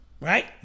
Right